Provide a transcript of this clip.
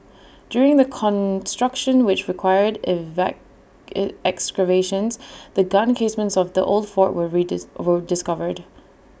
during the construction which required excavations the gun casements of the old fort were discovered